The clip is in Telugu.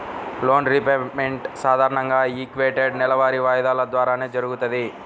లోన్ రీపేమెంట్ సాధారణంగా ఈక్వేటెడ్ నెలవారీ వాయిదాల ద్వారానే జరుగుతది